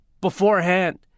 beforehand